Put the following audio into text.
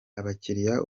abakiriya